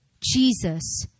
Jesus